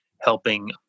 helping